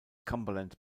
cumberland